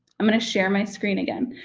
i'm gonna share my screen again.